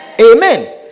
Amen